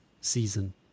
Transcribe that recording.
season